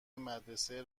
مدرسه